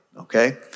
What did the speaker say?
Okay